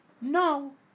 No